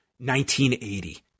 1980